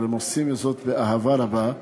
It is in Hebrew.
אבל הם עושים זאת באהבה רבה,